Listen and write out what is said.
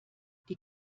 die